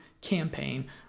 campaign